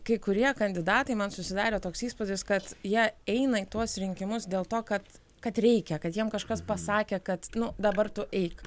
kai kurie kandidatai man susidarė toks įspūdis kad jie eina į tuos rinkimus dėl to kad kad reikia kad jiem kažkas pasakė kad nu dabar tu eik